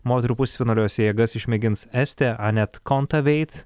moterų pusfinaliuose jėgas išmėgins estė anet kontaveit